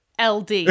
LD